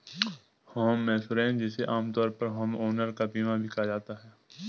home insurance जिसे आमतौर पर होमओनर का बीमा भी कहा जाता है